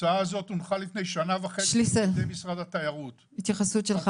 שליסל, התייחסות שלך.